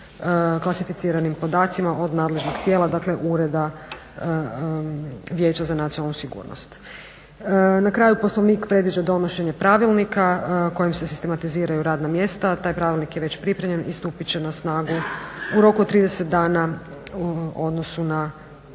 klasificiranim podacima od nadležnog tijela, dakle ureda Vijeća za nacionalnu sigurnost. Na kraju poslovnik predviđa donošenje pravilnika kojim se sistematiziraju radna mjesta. Taj pravilnik je već pripremljen i stupit će na snagu u roku od 30 dana u odnosu na